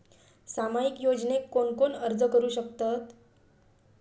सामाजिक योजनेक कोण कोण अर्ज करू शकतत?